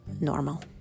normal